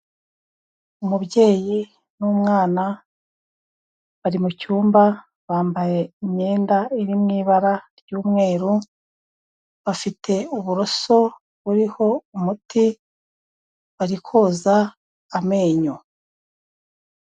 Umubyeyi n'umwana bari mu cyumba bambaye imyenda iri mu ibara ry'umweru, bafite uburoso buriho umuti bari koza amenyo.